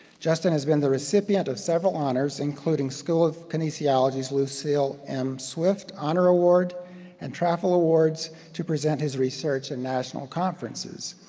justin has been the recipient of several honors including school of kinesiology's lucille m swift honor award and travel awards to present his research in national conferences.